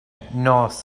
knows